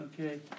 Okay